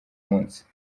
munsi